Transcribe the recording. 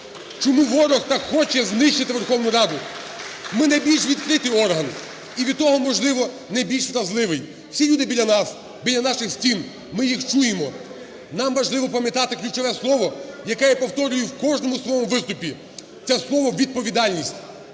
Чому ворог так хоче знищити Верховну Раду? Ми – найбільш відкритий орган, і від того, можливо, найбільш вразливий. Всі люди – біля нас, біля наших стін, ми їх чуємо. Нам важливо пам'ятати ключове слово, яке я повторюю в кожному своєму виступі, це слово "відповідальність",